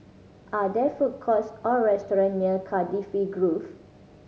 are there food courts or restaurants near Cardifi Grove